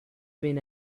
been